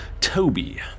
Toby